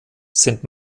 sind